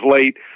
late